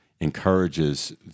encourages